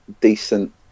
decent